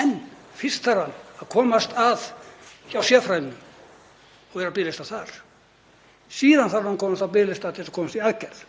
En fyrst þarf hann að komast að hjá sérfræðingum og vera á biðlista þar. Síðan þarf hann að komast á biðlista til að komast í aðgerð.